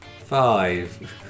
five